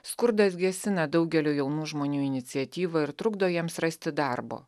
skurdas gesina daugelio jaunų žmonių iniciatyvą ir trukdo jiems rasti darbo